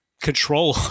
control